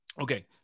Okay